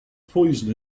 poison